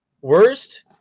Worst